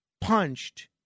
punched